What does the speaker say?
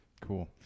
Cool